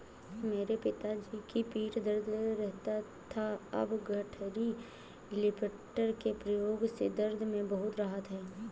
मेरे पिताजी की पीठ दर्द रहता था अब गठरी लिफ्टर के प्रयोग से दर्द में बहुत राहत हैं